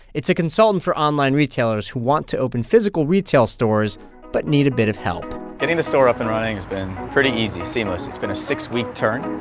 it's a consultant for online retailers who want to open physical retail stores but need a bit of help getting the store up and running has been pretty easy seamless. it's been a six-week turn,